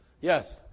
Yes